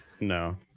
No